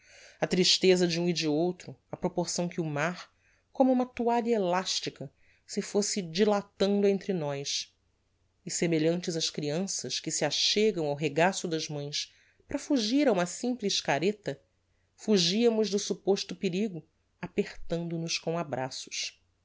a tristeza de um e de outro á proporção que o mar como uma toalha elastica se fosse dilatando entre nós e semelhantes ás crianças que se achegam ao regaço das mães para fugir a uma simples careta fugiamos do supposto perigo apertando nos com abraços